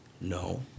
No